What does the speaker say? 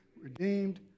redeemed